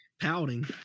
pouting